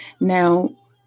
Now